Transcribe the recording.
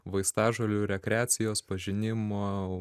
vaistažolių rekreacijos pažinimo